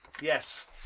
yes